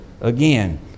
Again